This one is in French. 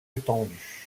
étendues